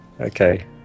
Okay